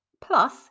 Plus